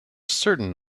certain